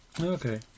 Okay